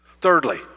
Thirdly